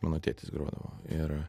mano tėtis grodavo ir